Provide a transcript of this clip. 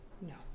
No